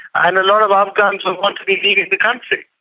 and a lot of afghans will want to be leaving the country.